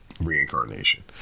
reincarnation